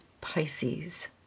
Pisces